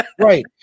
Right